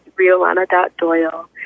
RioLana.Doyle